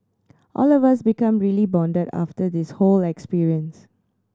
all of us became really bonded after this whole experience